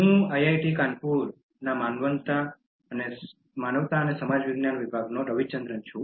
હું આઈઆઈટી કાનપુરના માનવતા અને સમાજ વિજ્ઞાન વિભાગનો રવિચંદ્રન છું